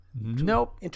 nope